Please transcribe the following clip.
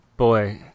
boy